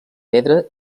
pedra